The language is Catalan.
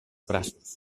braços